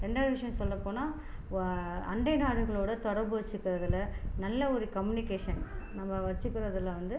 ரெண்டாவது விஷயம் சொல்ல போனால் அண்டைய நாடுகளோட தொடர்பு வெச்சுக்கறதுல நல்ல ஒரு கம்யூனிக்கேஷன் நம்ம வெச்சுக்கறதுல வந்து